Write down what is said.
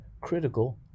critical